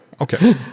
Okay